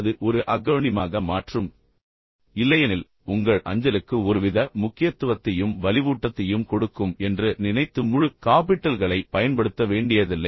அது ஒரு அக்ரோணிமாக மாற்றும் இல்லையெனில் உங்கள் அஞ்சலுக்கு ஒருவித முக்கியத்துவத்தையும் வலிவூட்டத்தையும் கொடுக்கும் என்று நினைத்து முழு காபிட்டல்களை பயன்படுத்த வேண்டியதில்லை